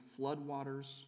floodwaters